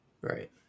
Right